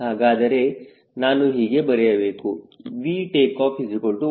ಹಾಗಾದರೆ ನಾನು ಹೀಗೆ ಬರೆಯಬಹುದು VTO1